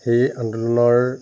সেই আন্দোলনৰ